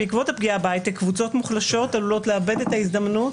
בעקבות הפגיעה בהייטק קבוצות מוחלשות עלולות לאבד את ההזדמנות